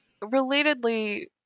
relatedly